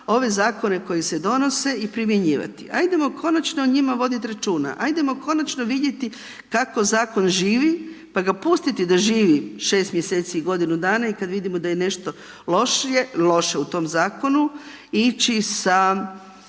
ove zakone koji se donose i primjenjivati. Ajdemo konačno o njima voditi računa, ajdemo konačno vidjeti kako zakon živi pa ga pustiti da živi 6 mjeseci i godinu dana i kada vidimo da je nešto loše u tom zakonu ići sa